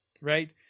right